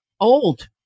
old